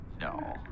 no